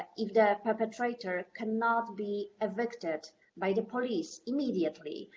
ah if the perpetrator cannot be evicted by the police immediately.